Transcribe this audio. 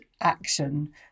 action